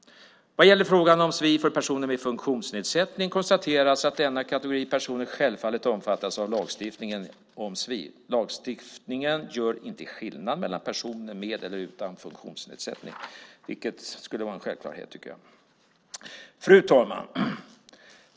Vad gäller frågan om sfi för personer med funktionsnedsättning konstateras det att denna kategori personer självfallet omfattas av lagstiftningen om sfi. Lagstiftningen gör inte skillnad mellan personer med funktionsnedsättning och personer utan funktionsnedsättning - en självklarhet, tycker jag. Fru talman!